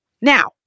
Now